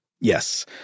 Yes